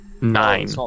nine